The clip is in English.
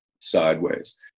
sideways